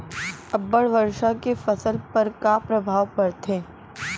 अब्बड़ वर्षा के फसल पर का प्रभाव परथे?